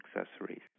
accessories